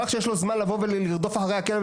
נראה לך שיש לו זמן לבוא ולרדוף אחרי הכלב,